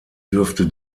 dürfte